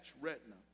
retina